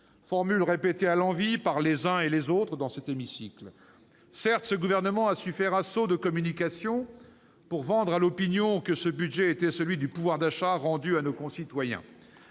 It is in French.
formule a été répétée à l'envi par les uns et les autres dans cet hémicycle. Certes, ce gouvernement a su faire assaut de communication pour vendre à l'opinion que ce budget était celui du pouvoir d'achat rendu à nos concitoyens.